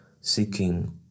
seeking